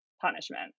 punishment